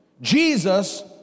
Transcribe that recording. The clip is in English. Jesus